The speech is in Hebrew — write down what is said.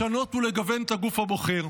לשנות ולגוון את הגוף הבוחר.